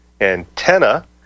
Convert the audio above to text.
antenna